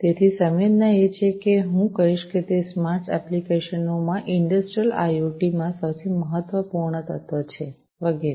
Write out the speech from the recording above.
તેથી સંવેદના એ છે કે હું કહીશ કે તે સ્માર્ટ એપ્લિકેશનો માં ઇંડસ્ટ્રિયલ આઇઓટી માં સૌથી મહત્વપૂર્ણ તત્વ છે વગેરે